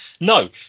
no